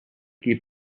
keep